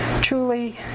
truly